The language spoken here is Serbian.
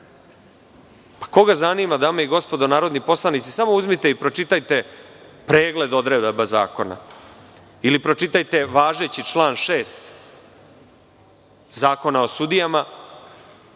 zanima, dame i gospodo narodni poslanici, samo uzmite i pročitajte pregled odredaba zakona ili važeći član 6. Zakona o sudijama